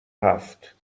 هفت